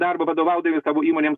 darbą vadovaudami savo įmonėms